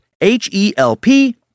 H-E-L-P